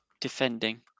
defending